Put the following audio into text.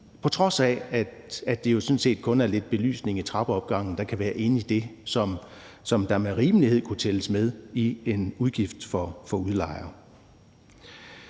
det jo sådan set kun er lidt belysning i trappeopgangen, der kan være omfattet af det, som med rimelighed kan tælles med i en udgift for udlejer.